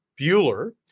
Bueller